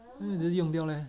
用掉 leh